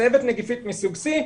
צהבת נגיפית מסוג C,